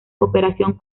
cooperación